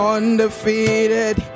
Undefeated